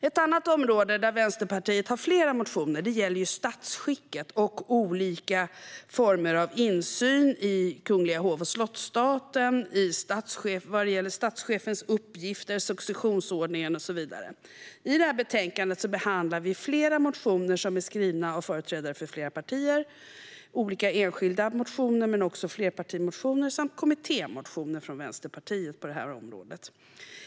Ett annat område där Vänsterpartiet har flera motioner gäller statsskicket och olika former av insyn i kungliga hov och slottsstaten vad gäller statschefens uppgifter, successionsordningen och så vidare. I betänkandet behandlar vi flera motioner som är skrivna av företrädare för flera partier, olika enskilda motioner men också flerpartimotioner samt kommittémotioner från Vänsterpartiet på området.